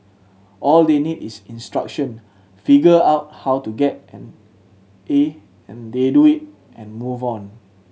all they need is instruction figure out how to get an A and they do it and move on